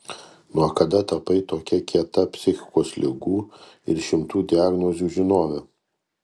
nuo kada tapai tokia kieta psichikos ligų ir šimtų diagnozių žinove